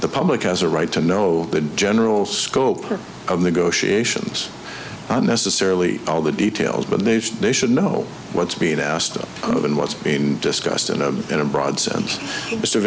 the public has a right to know the general scope of the goshi asians not necessarily all the details but they should know what's being asked of and what's being discussed in a in a broad sense of